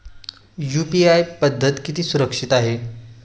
UPI पद्धत किती सुरक्षित आहे?